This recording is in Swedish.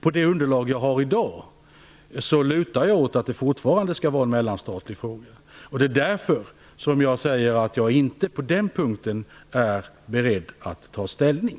Med det underlag jag har i dag lutar jag åt att det fortfarande skall vara en mellanstatlig fråga. Det är därför jag säger att jag inte på den punkten är beredd att ta ställning.